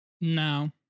No